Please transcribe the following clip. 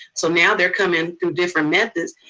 so now they're coming through different methods,